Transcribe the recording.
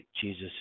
Jesus